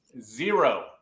Zero